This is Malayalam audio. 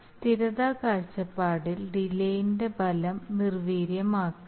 സ്ഥിരത കാഴ്ചപ്പാടിൽ ഡിലേന്റെ ഫലം നിർവീര്യമാക്കാം